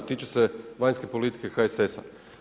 Tiče se vanjske politike HSS-a.